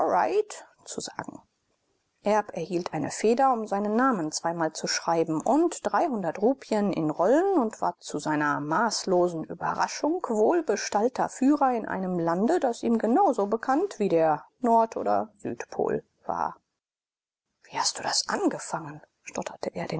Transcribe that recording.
zu sagen erb erhielt eine feder um seinen namen zweimal zu schreiben und rupien in rollen und war zu seiner maßlosen überraschung wohlbestallter führer in einem lande das ihm genau so bekannt wie der nord oder südpol war wie hast du das angefangen stotterte er